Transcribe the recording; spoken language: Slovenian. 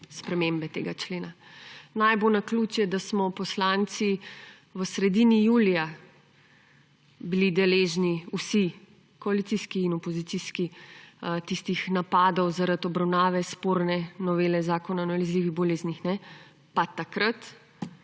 spremembe tega člena. Naj bo naključje, da smo poslanci v sredini julija bili deležni vsi, koalicijski in opozicijski, tistih napadov zaradi obravnave sporne novele Zakona o nalezljivih boleznih. Pa takrat